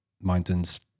mountains